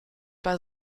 bei